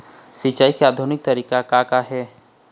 सिचाई के आधुनिक तरीका का का हे?